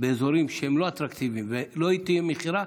באזורים שהם לא אטרקטיביים ולא תהיה מכירה,